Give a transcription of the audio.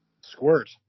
Squirt